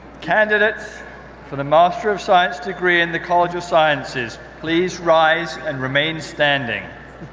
candidates for the master of science degree in the college of sciences, please rise and remain standing.